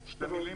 חבר הכנסת סובה,